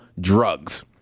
drugs